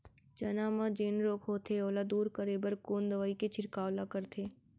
चना म जेन रोग होथे ओला दूर करे बर कोन दवई के छिड़काव ल करथे?